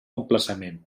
emplaçament